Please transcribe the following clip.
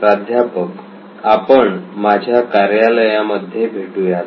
प्राध्यापक आपण माझ्या कार्यालयामध्ये भेटूयात